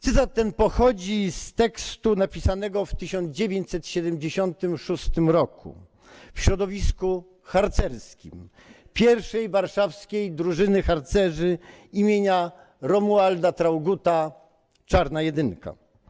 Cytat ten pochodzi z tekstu napisanego w 1976 r. w środowisku harcerskim Pierwszej Warszawskiej Drużyny Harcerzy im. Romualda Traugutta „Czarna Jedynka”